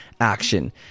action